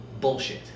bullshit